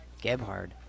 Gebhard